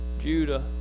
Judah